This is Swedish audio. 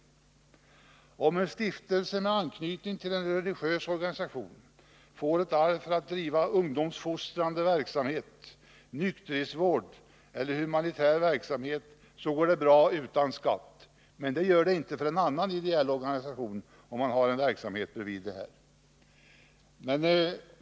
Om en stiftelse med anknytning till en religiös organisation får ett arv för att driva ungdomsfostrande verksamhet, nykterhetsvård eller humanitär verksamhet så går det bra utan skatt. Men det gör det inte för en annan ideell organisation om den också bedriver annan verksamhet.